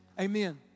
amen